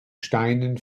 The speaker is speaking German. steinen